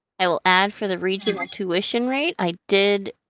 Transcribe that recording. i will add for the regional tuition rate, i did,